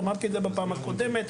אמרתי את זה בפעם הקודמת.